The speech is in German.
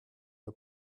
der